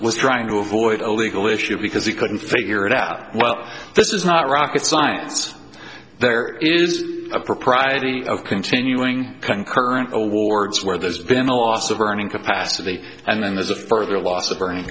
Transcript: was trying to avoid a legal issue because he couldn't figure it out well this is not rocket science there is a propriety of continuing concurrent awards where there's been a loss of earning capacity and then there's a further loss of